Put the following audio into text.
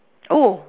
oh